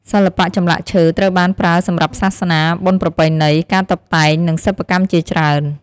សិល្បៈចម្លាក់ឈើត្រូវបានប្រើសម្រាប់សាសនា បុណ្យប្រពៃណី ការតុបតែង និងសិប្បកម្មជាច្រើន។